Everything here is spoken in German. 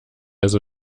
also